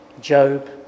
Job